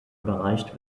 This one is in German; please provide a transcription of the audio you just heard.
überreicht